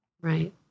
right